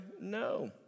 no